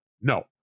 No